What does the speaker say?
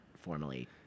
formally